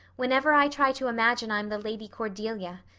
whenever i try to imagine i'm the lady cordelia.